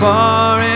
far